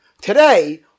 Today